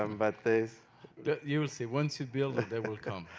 um but there's you'll see, once you build they will come.